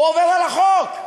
הוא עובר על החוק.